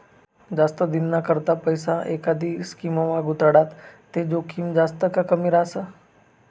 जास्त दिनना करता पैसा एखांदी स्कीममा गुताडात ते जोखीम जास्त का कमी रहास